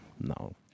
No